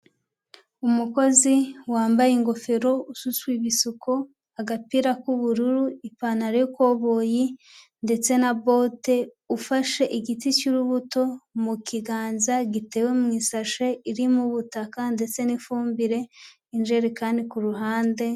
Umukozi wambaye ingofero, ususwe isuku, agapira k'ubururu, ipantaro y'ikoboyi ndetse na bote, ufashe igiti cy'urubuto mu kiganza gitewe mu isashe irimo ubutaka ndetse n'ifumbire, injerekani ku ruhande...